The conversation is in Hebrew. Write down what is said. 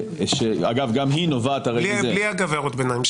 אגב, גם היא נובעת --- בלי "אגב" והערות ביניים.